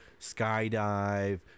skydive